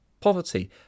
poverty